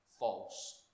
false